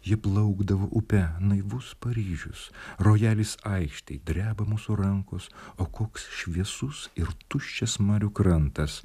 ji plaukdavo upe naivus paryžius rojalis aikštėj dreba mūsų rankos o koks šviesus ir tuščias marių krantas